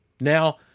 Now